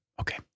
okay